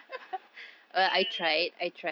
ya lah ya lah